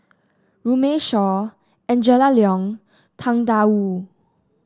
Runme Shaw Angela Liong Tang Da Wu